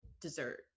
dessert